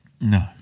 No